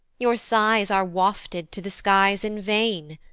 your sighs are wafted to the skies in vain,